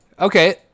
Okay